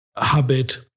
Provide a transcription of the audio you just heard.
habit